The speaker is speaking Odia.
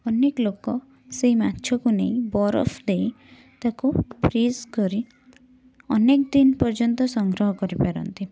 ଅନେକ ଲୋକ ସେଇ ମାଛକୁ ନେଇ ବରଫ ଦେଇ ତାକୁ ଫ୍ରୀଜ୍ କରି ଅନେକ ଦିନ ପର୍ଯ୍ୟନ୍ତ ସଂଗ୍ରହ କରିପାରନ୍ତି